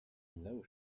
know